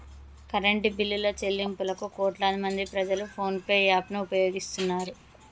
current బిల్లుల చెల్లింపులకు కోట్లాదిమంది ప్రజలు ఫోన్ పే యాప్ ను ఉపయోగిస్తున్నారు